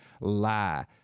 lie